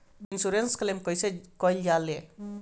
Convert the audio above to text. Insurance claim कइसे कइल जा ले?